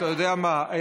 אתה יודע מה,